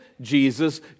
Jesus